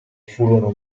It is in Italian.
furono